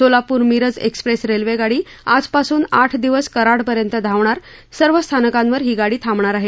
Solapur Miraj express रेल्वेगाडी आज पासून आठ दिवस कराडपर्यंत धावणारसर्व स्थानकावर ही गाडी थांबणार आहे